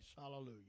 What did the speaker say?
Hallelujah